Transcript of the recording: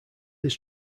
this